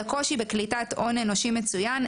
על הקושי בקליטת הון אנושי מצוין,